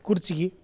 ಕುರ್ಜಿಗಿ